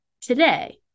today